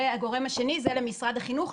והגורם השני זה משרד החינוך,